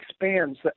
expands